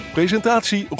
Presentatie